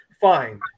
fine